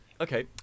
okay